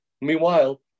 Meanwhile